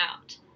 out